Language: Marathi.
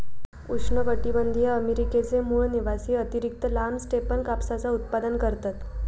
उष्णकटीबंधीय अमेरिकेचे मूळ निवासी अतिरिक्त लांब स्टेपन कापसाचा उत्पादन करतत